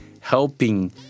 helping